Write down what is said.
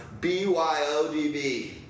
BYODB